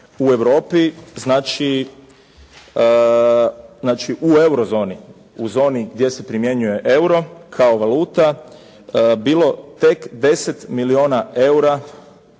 u Europi znači u eurozoni, u zoni gdje se primjenjuje euro, kao valuta, bilo tek 10 milijuna eura